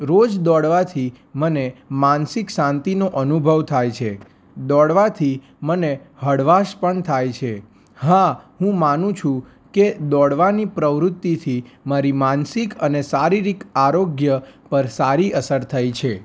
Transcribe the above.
રોજ દોડવાથી મને માનસિક શાંતિનો અનુભવ થાય છે દોડવાથી મને હળવાશ પણ થાય છે હા હું માનું છું કે દોડવાની પ્રવૃત્તિથી મારી માનસિક અને શારીરિક આરોગ્ય પર સારી અસર થઈ છે